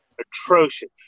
atrocious